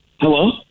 Hello